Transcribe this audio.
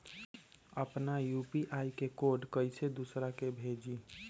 अपना यू.पी.आई के कोड कईसे दूसरा के भेजी?